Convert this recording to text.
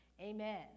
Amen